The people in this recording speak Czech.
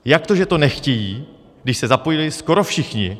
Jak to, že to nechtějí, když se zapojili skoro všichni?